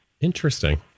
Interesting